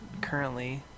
currently